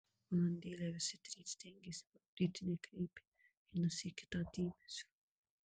valandėlę visi trys stengėsi parodyti nekreipią vienas į kitą dėmesio